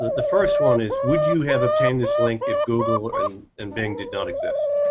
the first one is, would you have obtained this link if google and and bing did not exist?